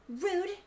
Rude